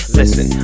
listen